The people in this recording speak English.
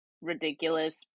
ridiculous